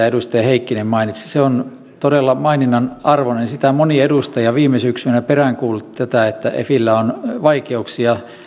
edustaja heikkinen mainitsi on todella maininnan arvoinen sitä moni edustaja viime syksynä peräänkuulutti että efillä on vaikeuksia